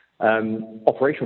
Operational